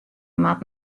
moat